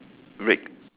red